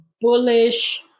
bullish